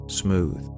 smooth